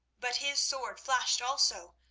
but his sword flashed also,